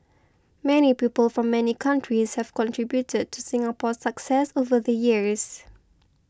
many people from many countries have contributed to Singapore's success over the years